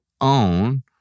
own